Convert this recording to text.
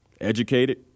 educated